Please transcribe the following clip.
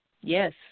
Yes